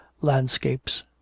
Landscapes